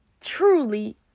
truly